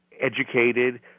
educated